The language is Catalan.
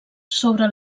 sobre